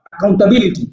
accountability